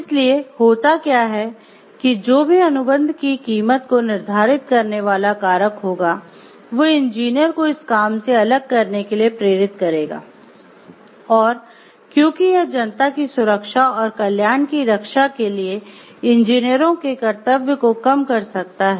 इसलिए होता क्या है कि जो भी अनुबंध की कीमत को निर्धारित करने वाला कारक होगा वो इंजीनियर को इस काम से अलग करने के लिए प्रेरित करेगा और क्योंकि यह जनता की सुरक्षा और कल्याण की रक्षा के लिए इंजीनियरों के कर्तव्य को कम कर सकता है